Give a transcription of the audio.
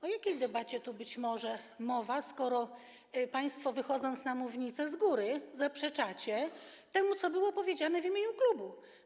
O jakiej debacie może tu być mowa, skoro państwo, wychodząc na mównicę, z góry zaprzeczacie temu, co było powiedziane w imieniu klubu?